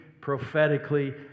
prophetically